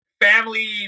family